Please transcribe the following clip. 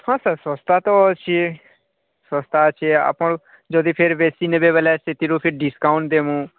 ହଁ ସାର୍ ଶସ୍ତା ତ ଅଛି ଶସ୍ତା ଅଛି ଆପଣ ଯଦି ଫେରେ ବେଶୀ ନେବେ ବୋଲେ ସେଥିରୁ ଫେରେ ଡିସକାଉଣ୍ଟ ଦେବୁ